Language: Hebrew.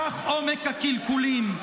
כך עומק הקלקולים.